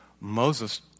Moses